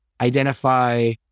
identify